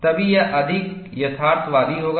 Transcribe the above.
तभी यह अधिक यथार्थवादी होगा